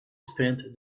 spent